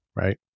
right